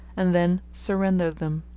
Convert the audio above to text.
and then surrender them.